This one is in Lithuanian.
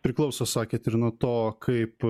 priklauso sakėt ir nuo to kaip